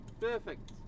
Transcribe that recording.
Perfect